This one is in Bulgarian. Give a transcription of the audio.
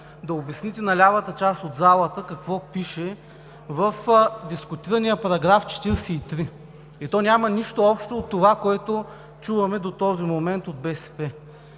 да обясните на лявата част от залата какво пише в дискутирания § 43 и то няма нищо общо с това, което чуваме до този момент от БСП.